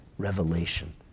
revelation